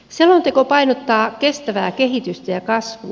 selonteko painottaa kestävää kehitystä ja kasvua